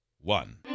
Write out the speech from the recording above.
one